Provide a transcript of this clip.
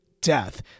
death